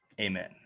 Amen